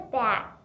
back